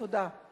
תודה.